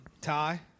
ty